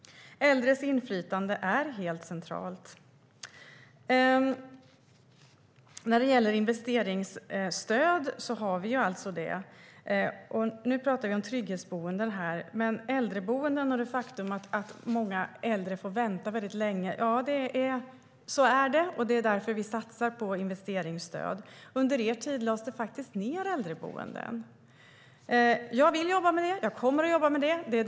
Äldres inflytande är helt centralt. Det finns investeringsstöd. Nu talar vi om trygghetsboenden, men när det gäller äldreboenden är det ett faktum att många äldre får vänta länge. Så är det, och därför satsar vi på investeringsstöd. Under Alliansens tid lades äldreboenden faktiskt ned. Jag vill jobba med det. Jag kommer att jobba med det.